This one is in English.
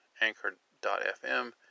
anchor.fm